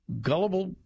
gullible